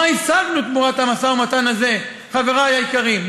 מה השגנו תמורת המשא-ומתן הזה, חברי היקרים?